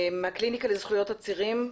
מהקליניקה לזכויות אסירים,